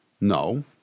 No